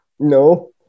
No